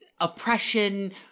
oppression